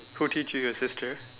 who teach you your sister